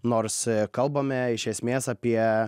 nors kalbame iš esmės apie